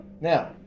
Now